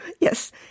Yes